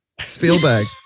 Spielberg